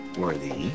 worthy